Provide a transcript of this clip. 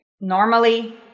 normally